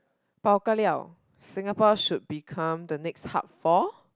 bao ka liao Singapore should become the next hub for